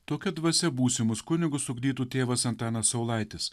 tokia dvasia būsimus kunigus ugdytų tėvas antanas saulaitis